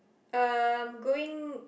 um going